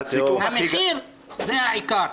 המחיר זה העיקר.